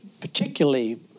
particularly